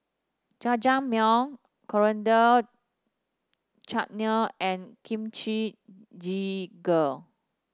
Jajangmyeon Coriander Chutney and Kimchi Jjigae